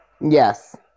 yes